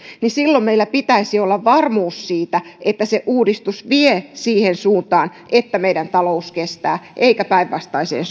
silloin meillä pitäisi olla varmuus siitä että se uudistus vie siihen suuntaan että meidän talous kestää eikä päinvastaiseen